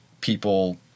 people